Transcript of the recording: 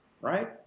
right